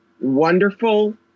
wonderful